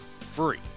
Free